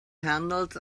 handles